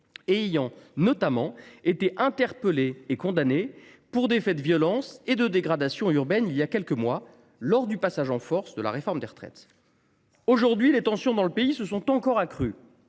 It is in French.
et ayant notamment été interpellés et condamnés pour des faits de violences et de dégradations urbaines voilà quelques mois, lors du passage en force de la réforme des retraites. Depuis lors, les tensions dans le pays se sont encore accrues.